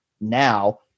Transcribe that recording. now